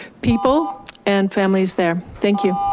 people and families there? thank you.